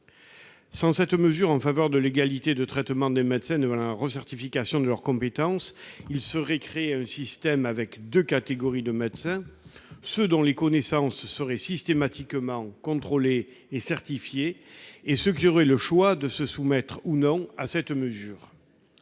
consulter. En l'absence d'égalité de traitement des médecins devant la recertification de leurs compétences, s'établirait un système comportant deux catégories de professionnels : ceux dont les connaissances seraient systématiquement contrôlées et certifiées et ceux qui auraient le choix de se soumettre ou non à cette mesure.